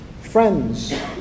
friends